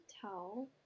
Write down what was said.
tell